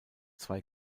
zwei